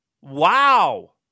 Wow